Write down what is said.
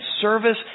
service